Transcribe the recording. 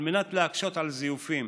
על מנת להקשות על זיופים